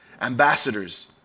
Ambassadors